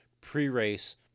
Pre-race